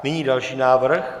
Nyní další návrh.